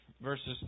verses